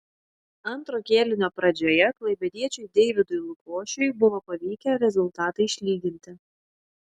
antro kėlinio pradžioje klaipėdiečiui deividui lukošiui buvo pavykę rezultatą išlyginti